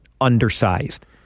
undersized